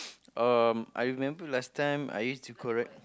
um I remember last time I used to collect